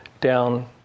down